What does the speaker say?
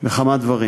בכמה דברים.